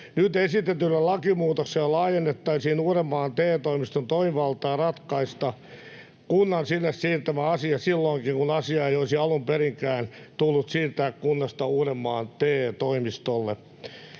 Nyt esitetyllä lakimuutoksella laajennettaisiin Uudenmaan TE-toimiston toimivaltaa ratkaista kunnan sille siirtyvä asia silloinkin, kun asiaa ei olisi alun perinkään tullut siirtää kunnasta Uudenmaan TE-toimistolle.